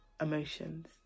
emotions